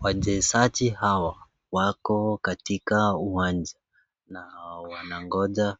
Wachezaji hawa wako katika uwanja na wangonja